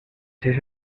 seis